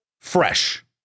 fresh